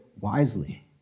wisely